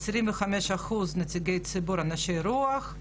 25% נציגי ציבור, אנשי רוח,